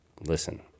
listen